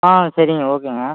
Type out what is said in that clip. ஆ சரிங்க ஓகேங்க